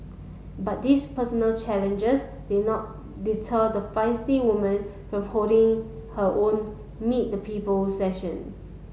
but these personal challenges did not deter the feisty woman from holding her own meet the people session